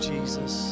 Jesus